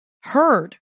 heard